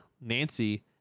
Nancy